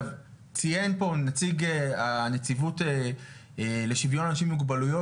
ציין פה נציג הנציבות לשיוויון אנשים עם מוגבלויות